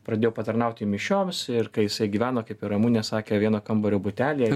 pradėjau patarnauti mišioms ir kai jisai gyveno kaip ir ramunė sakė vieno kambario butelyje